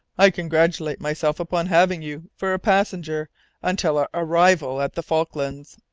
i congratulate myself upon having you for a passenger until our arrival at the falklands.